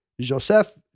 Joseph